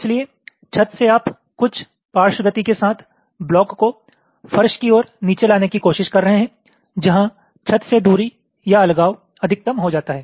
इसलिए छत से आप कुछ पार्श्व गति के साथ ब्लॉक को फर्श की ओर नीचे लाने की कोशिश कर रहे हैं जहां छत से दूरी या अलगाव अधिकतम हो जाता है